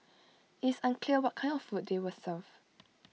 IT is unclear what kind of food they were served